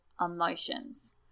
emotions